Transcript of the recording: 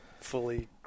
fully